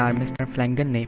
um mr flanagan